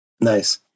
Nice